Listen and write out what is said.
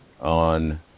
on